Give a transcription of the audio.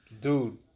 Dude